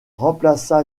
remplaça